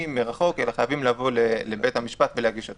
מרחוק אלא חייבים לבוא לבית המשפט פיזית.